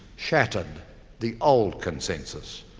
shattered the old consensus.